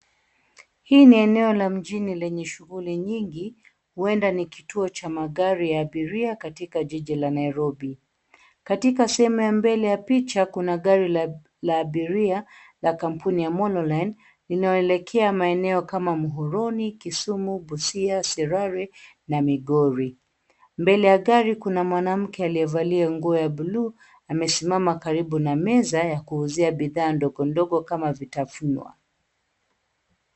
Hili ni eneo la mjini lenye shughuli nyingi, huenda ni kituo cha magari ya abiria katika jiji la Nairobi. Katika sehemu ya mbele ya picha kuna gari la abiria, la kampuni ya Mololine linaloelekea maeneo kama, Muhoroni, Kisumu, Busia, Sirare na Migori. Mbele ya gari kuna mwanamke aliyevalia nguo ya bluu, amesimama karibu na meza ya kuuzia bidhaa ndogo ndogo kama vitafunwa.